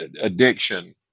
addiction